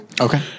Okay